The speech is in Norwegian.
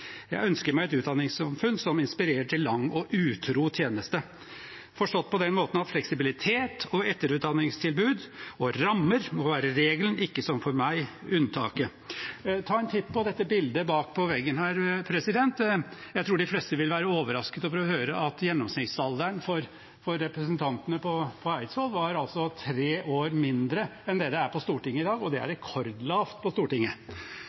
Jeg ønsker meg et utdanningssamfunn som inspirerer til lang og utro tjeneste, forstått på den måten at fleksibilitet, etterutdanningstilbud og rammer må være regelen, ikke som for meg unntaket. Ta en titt på dette bildet bak på veggen her. Jeg tror de fleste vil være overrasket over å høre at gjennomsnittsalderen for representantene på Eidsvoll var tre år lavere enn det det er på Stortinget i dag, og det er rekordlavt på Stortinget.